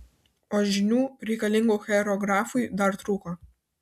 o žinių reikalingų choreografui dar trūko